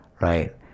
Right